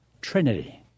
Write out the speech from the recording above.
trinity